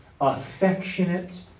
affectionate